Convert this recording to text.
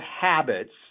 habits